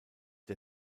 der